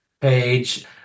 page